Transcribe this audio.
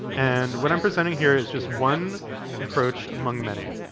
and what i'm presenting here is just one approach among many.